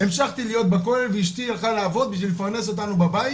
המשכתי להיות בכולל ואשתי הלכה לעבוד בשביל לפרנס אותנו בבית